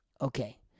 Okay